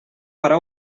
parar